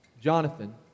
Jonathan